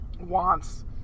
wants